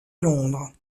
londres